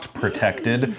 protected